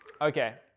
okay